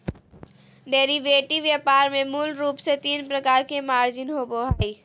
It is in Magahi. डेरीवेटिव व्यापार में मूल रूप से तीन प्रकार के मार्जिन होबो हइ